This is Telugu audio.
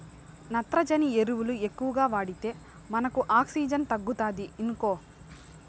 నత్రజని ఎరువులు ఎక్కువగా వాడితే మనకు ఆక్సిజన్ తగ్గుతాది ఇనుకో